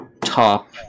top